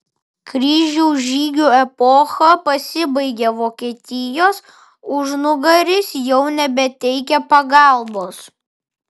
kryžiaus žygių epocha pasibaigė vokietijos užnugaris jau nebeteikė pagalbos